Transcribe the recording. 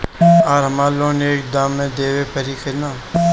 आर हमारा लोन एक दा मे देवे परी किना?